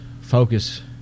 focus